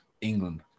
England